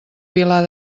vilar